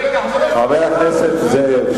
חבר הכנסת זאב,